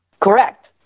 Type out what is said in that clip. Correct